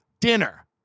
dinner